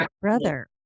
brother